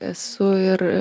esu ir